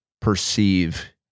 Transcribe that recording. perceive